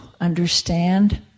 understand